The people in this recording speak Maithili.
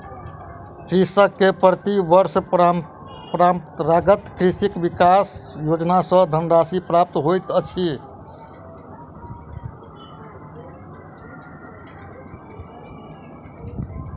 कृषक के प्रति वर्ष परंपरागत कृषि विकास योजना सॅ धनराशि प्राप्त होइत अछि